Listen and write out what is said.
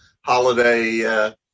holiday